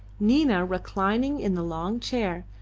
nina, reclining in the long chair,